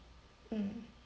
mm